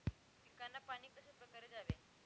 पिकांना पाणी कशाप्रकारे द्यावे?